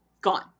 gone